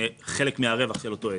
חלק מן הרווח של אותו עסק.